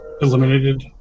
eliminated